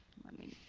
let me